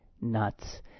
nuts